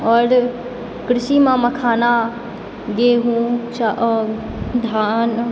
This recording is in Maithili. आओर कृषि मे मखाना गेहूॅं चाउर आओर धान